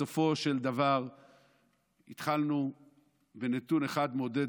בסופו של דבר התחלנו בנתון אחד מעודד,